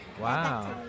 Wow